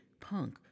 punk